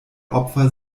opfer